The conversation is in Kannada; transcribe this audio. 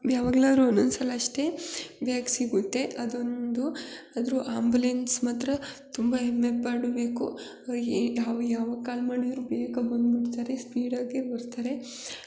ಯಾವಾಗ್ಲಾದ್ರೂ ಒಂದೊಂದು ಸಲ ಅಷ್ಟೇ ಬೇಗ ಸಿಗುತ್ತೆ ಅದೊಂದು ಆದರೂ ಆಂಬುಲೆನ್ಸ್ ಮಾತ್ರ ತುಂಬ ಹೆಮ್ಮೆ ಪಡಬೇಕು ಅವ್ರು ಏನು ನಾವು ಯಾವಾಗ ಕಾಲ್ ಮಾಡಿದರೂ ಬೇಗ ಬಂದುಬಿಡ್ತಾರೆ ಸ್ಪೀಡಾಗೇ ಬರ್ತಾರೆ